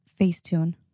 Facetune